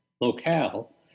locale